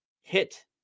hit